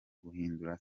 guhindura